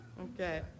Okay